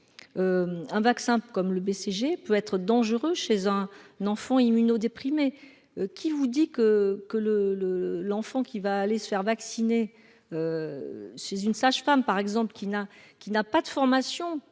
un vaccin comme le BCG peut être dangereux chez un n'en font immuno-déprimés, qui vous dit que que le le l'enfant qui va aller se faire vacciner chez une sage-femme, par exemple, qui n'a, qui n'a pas de formation